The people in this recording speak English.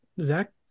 Zach